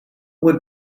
would